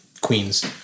Queens